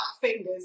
fingers